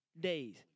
days